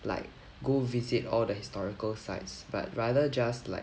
like go visit all the historical sites but rather just like